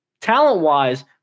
talent-wise